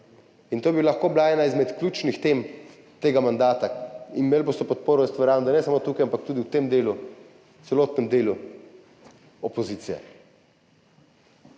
To bi lahko bila ena izmed ključnih tem tega mandata. Imeli boste podporo, verjamem, da ne samo tukaj, ampak tudi v tem delu, celotnem delu opozicije.